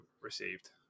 received